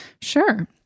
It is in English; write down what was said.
sure